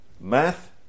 math